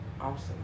awesome